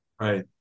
Right